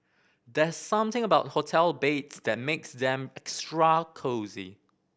there's something about hotel beds that makes them extra cosy